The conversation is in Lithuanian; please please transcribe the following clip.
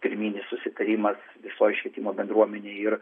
pirminis susitarimas visoj švietimo bendruomenėj ir